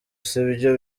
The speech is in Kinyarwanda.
sibyo